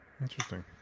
interesting